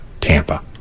Tampa